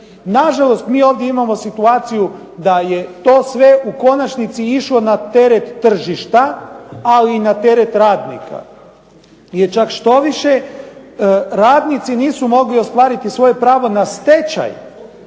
Na žalost, mi ovdje imamo situaciju da je to sve u konačnici išlo na teret tržišta ali i na teret radnika, jer čak štoviše radnici nisu mogli ostvariti svoje pravo na stečaj